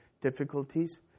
difficulties